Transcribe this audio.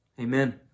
amen